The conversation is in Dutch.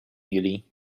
juli